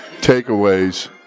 takeaways